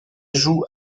joue